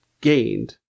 gained